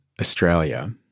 Australia